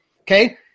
Okay